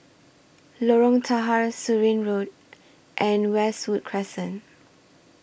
Lorong Tahar Surin Road and Westwood Crescent